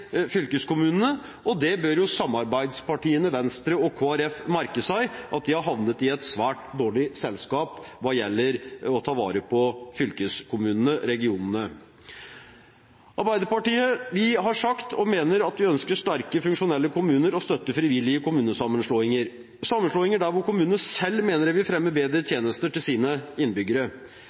fylkeskommunene, og det bør samarbeidspartiene, Venstre og Kristelig Folkeparti, merke seg – at de har havnet i et svært dårlig selskap hva gjelder å ta vare på fylkeskommunene, regionene. Vi i Arbeiderpartiet har sagt at vi ønsker sterke og funksjonelle kommuner og støtter frivillige kommunesammenslåinger, sammenslåinger der hvor kommunene selv mener det vil fremme bedre tjenester til deres innbyggere.